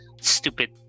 stupid